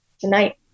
tonight